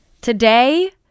Today